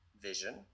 vision